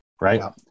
Right